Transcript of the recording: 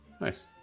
Nice